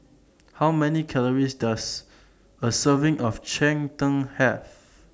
How Many Calories Does A Serving of Cheng Tng Have